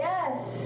Yes